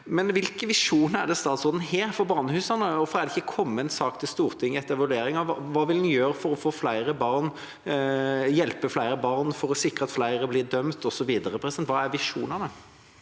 Hvilke visjoner har statsråden for barnehusene? Hvorfor er det ikke kommet en sak til Stortinget etter evalueringen, og hva vil en gjøre for å hjelpe flere barn, sikre at flere blir dømt, osv.? Hva er visjonene?